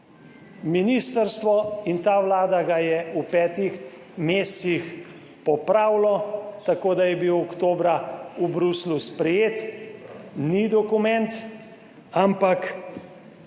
Ministrstvo in ta Vlada ga je v petih mesecih popravilo tako, da je bil oktobra v Bruslju sprejet. Ni dokument, ampak,